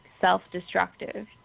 self-destructive